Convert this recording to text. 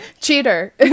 Cheater